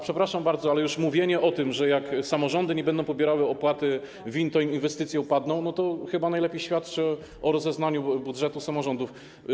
Przepraszam bardzo, ale już mówienie o tym, że jak samorządy nie będą pobierały opłaty VIN, to inwestycje upadną, chyba najlepiej świadczy o rozeznaniu w budżecie samorządów.